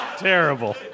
Terrible